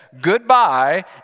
goodbye